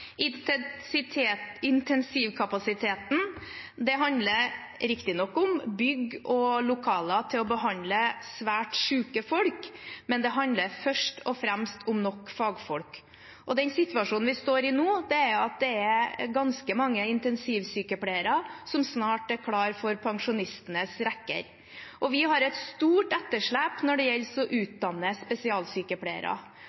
om bygg og lokaler til å behandle svært syke folk, men det handler først og fremst om nok fagfolk. Den situasjonen vi står i nå, er at det er ganske mange intensivsykepleiere som snart er klare for pensjonistenes rekker. Vi har et stort etterslep når det gjelder å